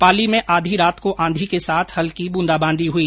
पाली में आधी रात को आंधी के साथ हल्की बूंदाबांदी हुई